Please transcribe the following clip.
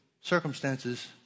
circumstances